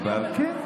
כן.